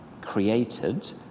created